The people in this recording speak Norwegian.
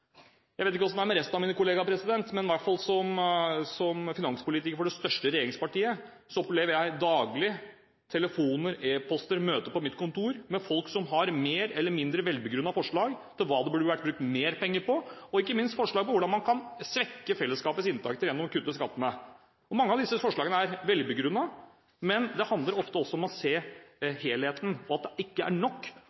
Jeg vet ikke hvordan det er med resten av mine kollegaer, men som finanspolitiker for det største regjeringspartiet opplever i hvert fall jeg daglig telefoner, e-poster, møte på mitt kontor med folk som har mer eller mindre velbegrunnede forslag om hva det burde vært blitt brukt mer penger på, og ikke minst forslag om hvordan man kan svekke fellesskapets inntekter gjennom å kutte skattene. Mange av disse forslagene er velbegrunnede, men det handler ofte også om å se